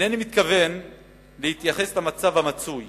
אינני מתכוון להתייחס למצב המצוי